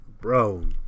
Bro